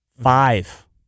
Five